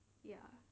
ya